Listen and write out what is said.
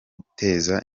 guteza